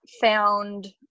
found